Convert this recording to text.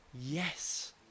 Yes